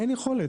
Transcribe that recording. אין יכולת.